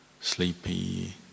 sleepy